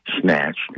snatched